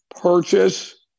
purchase